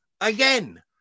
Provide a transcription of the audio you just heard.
Again